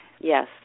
Yes